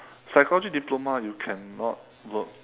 psychology diploma you cannot work